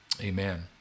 Amen